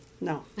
No